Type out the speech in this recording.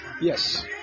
Yes